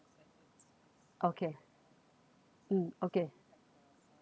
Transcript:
okay mm okay